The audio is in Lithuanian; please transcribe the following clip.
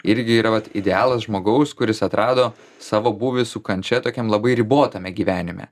irgi yra vat idealas žmogaus kuris atrado savo būvį su kančia tokiam labai ribotame gyvenime